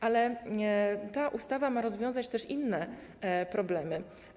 Ale ta ustawa ma rozwiązać też inne problemy.